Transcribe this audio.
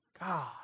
God